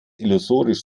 illusorisch